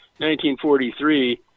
1943